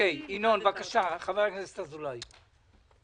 חבר הכנסת אזולאי, בבקשה.